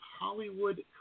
Hollywood